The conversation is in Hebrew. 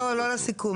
לא סיכום,